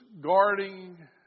guarding